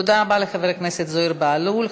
תודה רבה לחבר הכנסת זוהיר בהלול.